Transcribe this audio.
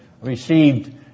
received